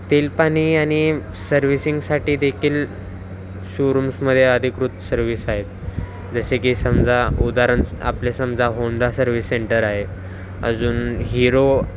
तेलपाणी आणि सर्व्हिसिंगसाठी देखील शोरूम्समध्ये अधिकृत सर्वीस आहेत जसे की समजा उदाहरण आपले समजा होंडा सर्विस सेंटर आहे अजून हिरो